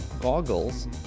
goggles